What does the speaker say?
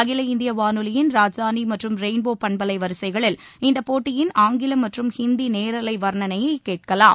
அகில இந்திய வானொலியின் ராஜ்தானி மற்றும் ரெயின்போ பண்பலை வரிசைகளில் இந்த போட்டியின் ஆங்கிலம் மற்றும் ஹிந்தி நேரலை வர்ணணைய கேட்கலாம்